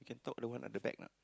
talk lower lah the back lah